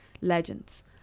legends